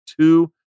two